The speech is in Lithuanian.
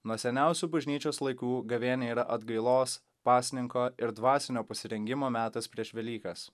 nuo seniausių bažnyčios laikų gavėnia yra atgailos pasninko ir dvasinio pasirengimo metas prieš velykas